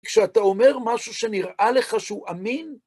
כשאתה אומר משהו שנראה לך שהוא אמין,